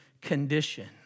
condition